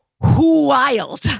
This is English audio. wild